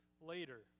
later